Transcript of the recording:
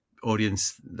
audience